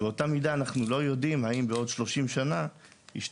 באותה מידה אנחנו לא יודעים האם בעוד 30 שנה ישתמשו